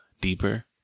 deeper